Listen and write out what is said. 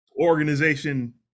organization